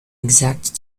exacte